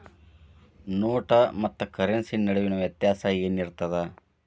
ನೋಟ ಮತ್ತ ಕರೆನ್ಸಿ ನಡುವಿನ ವ್ಯತ್ಯಾಸ ಏನಿರ್ತದ?